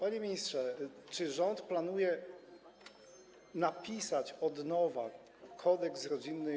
Panie ministrze, czy rząd planuje napisać od nowa Kodeks rodzinny i